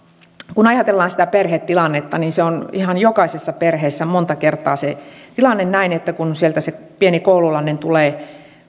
kun ajatellaan sitä perhetilannetta niin se tilanne on ihan jokaisessa perheessä monta kertaa näin että kun sieltä se pieni koululainen tulee